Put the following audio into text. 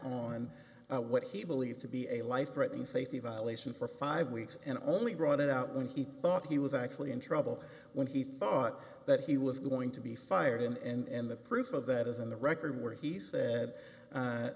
on what he believes to be a life threatening safety violation for five weeks and only brought it out when he thought he was actually in trouble when he thought that he was going to be fired and the proof of that is in the record where he said